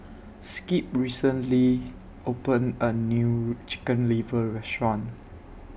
Skip recently opened A New Chicken Liver Restaurant